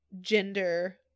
gender